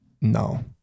No